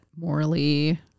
morally